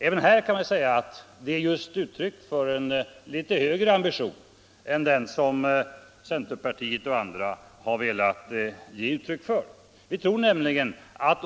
Även här kan man säga att våra krav är tecken på en litet högre ambition än den som centerpartiet och andra har velat ge uttryck för.